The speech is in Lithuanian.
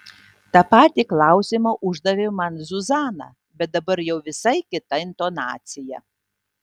tą patį klausimą uždavė man zuzana bet dabar jau visai kita intonacija